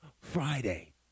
Friday